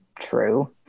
True